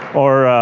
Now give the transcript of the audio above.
or,